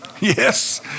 yes